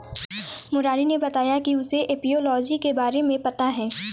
मुरारी ने बताया कि उसे एपियोलॉजी के बारे में पता है